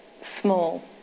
small